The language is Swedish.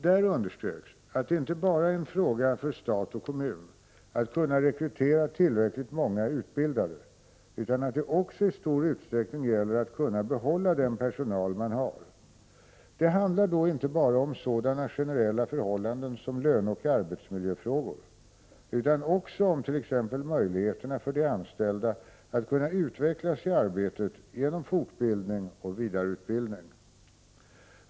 Där underströks att det inte bara är en fråga för stat och kommun att kunna rekrytera tillräckligt många utbildade, utan att det också i stor utsträckning gäller att kunna behålla den personal man har. Det handlar då inte bara om sådana generella förhållanden som löneoch arbetsmiljöfrågor, utan också om t.ex. möjligheterna för de anställda att kunna utvecklas i arbetet genom fortbildning och vidareutbildning.